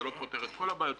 זה לא פותר את כל הבעיות,